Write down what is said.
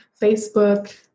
Facebook